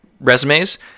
resumes